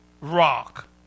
rock